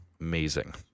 amazing